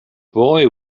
boy